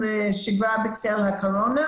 לשגרה בצל הקורונה,